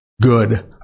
good